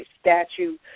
statue